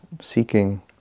seeking